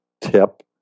tip